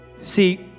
See